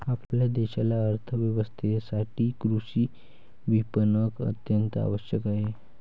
आपल्या देशाच्या अर्थ व्यवस्थेसाठी कृषी विपणन अत्यंत आवश्यक आहे